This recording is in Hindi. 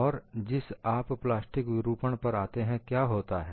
और जिस आप प्लास्टिक विरूपण पर आते हैं क्या होता है